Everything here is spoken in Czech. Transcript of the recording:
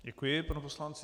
Děkuji panu poslanci.